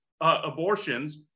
abortions